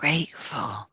Grateful